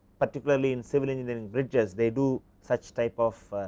particularly in civil engineering bridges they do such type of